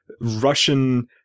Russian